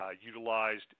utilized